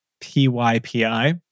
P-Y-P-I